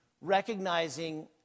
recognizing